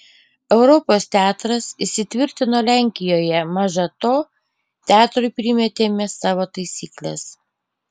europos teatras įsitvirtino lenkijoje maža to teatrui primetėme savo taisykles